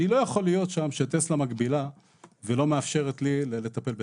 אני לא יכול להיות שם כשטסלה מגבילה ולא מאפשרת לי לטפל בטסלה.